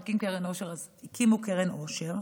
נקים קרן עושר,